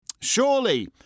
Surely